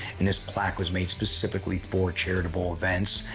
and this plaque was made specifically for charitable events.